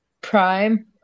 Prime